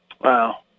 Wow